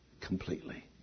completely